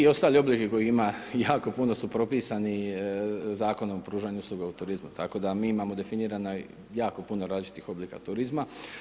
Da, ti ostali oblici kojih ima, jako puno su propisani Zakonom o pružanju usluga u turizmu, tako da mi imamo definirano jako puno različitih oblika turizma.